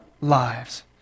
lives